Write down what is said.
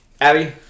Abby